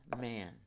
man